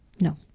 No